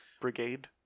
Brigade